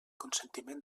consentiment